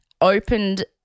opened